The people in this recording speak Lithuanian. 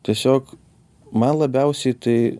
tiesiog man labiausiai tai